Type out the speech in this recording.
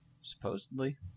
Supposedly